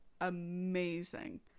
amazing